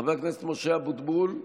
חבר הכנסת משה אבוטבול,